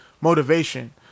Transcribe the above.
motivation